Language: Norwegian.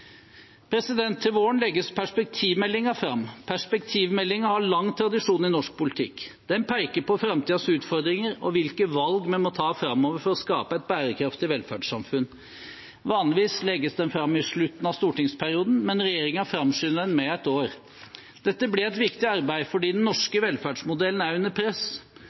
Til våren legges perspektivmeldingen fram. Perspektivmeldingen har lang tradisjon i norsk politikk. Den peker på framtidens utfordringer og hvilke valg vi må ta framover for å skape et bærekraftig velferdssamfunn. Vanligvis legges den fram i slutten av stortingsperioden, men regjeringen framskynder den med et år. Dette blir et viktig arbeid, fordi den norske velferdsmodellen er under press.